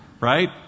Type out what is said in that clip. Right